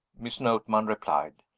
miss notman replied.